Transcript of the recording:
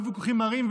והיו ויכוחים מרים,